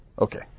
Okay